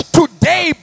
today